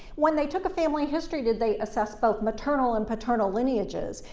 when they took a family history, did they assess both maternal and paternal lineages?